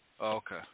Okay